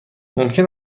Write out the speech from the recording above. ممکن